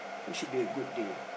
it should be a good day